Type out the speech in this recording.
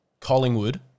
Collingwood –